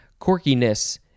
corkiness